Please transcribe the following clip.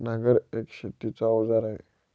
नांगर एक शेतीच अवजार आहे